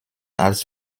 als